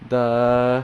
the